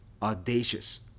Audacious